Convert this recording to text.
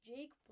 Jake